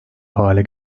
hale